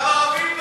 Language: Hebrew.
גם ערבים,